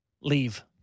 leave